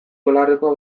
dolarrekoa